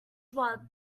watt